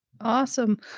Awesome